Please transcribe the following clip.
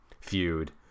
feud